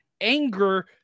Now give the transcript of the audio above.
anger